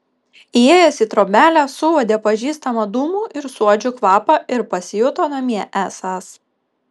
įėjęs į trobelę suuodė pažįstamą dūmų ir suodžių kvapą ir pasijuto namie esąs